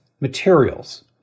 materials